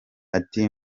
ati